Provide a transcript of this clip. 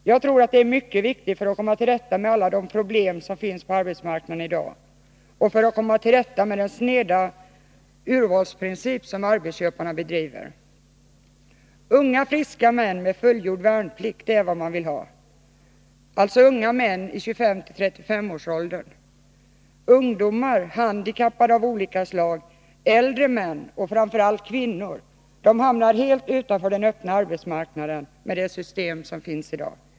Jag tror att det är mycket viktigt för att komma till rätta med alla problem som i dag finns på arbetsmarknaden liksom för att komma till rätta med den sneda urvalsprincip som arbetsköparna bedriver. Unga, friska män med fullgjord värnplikt är vad man vill ha, alltså män i 25-35-årsåldern. Ungdomar, handikappade av olika slag, äldre män och framför allt kvinnor hamnar helt utanför den öppna arbetsmarknaden med det system som finns i dag.